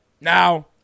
Now